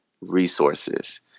resources